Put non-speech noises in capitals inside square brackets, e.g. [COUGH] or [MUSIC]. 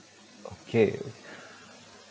okay [BREATH]